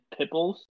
Pipples